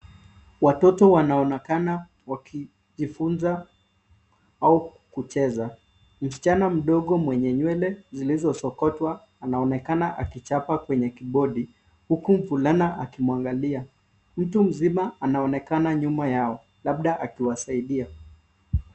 Watoto wanaonekana wakijifunza au kucheza. Msichana mdogo mwenye nywele zilizosokotwa anaonekana akichapa kwenye kibodo, huku mvulana akimwangalia. Mtu mzima anaonekana nyuma yao, labda akiwasadia.